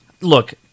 Look